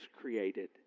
created